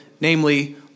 namely